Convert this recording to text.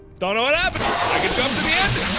don't know what happened. i could jump to the end,